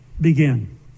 begin